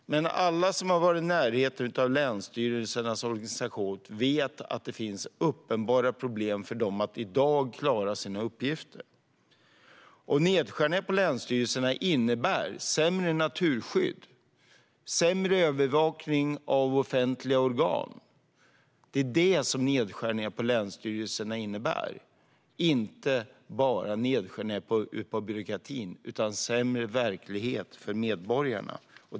Men alla som har varit i närheten av länsstyrelsernas organisation vet att det finns uppenbara problem för dem att i dag klara sina uppgifter. Nedskärningar på länsstyrelserna innebär sämre naturskydd och sämre övervakning av offentliga organ. Det är detta som nedskärningar på länsstyrelserna innebär. De innebär inte bara nedskärningar i byråkratin utan sämre verklighet för medborgarna.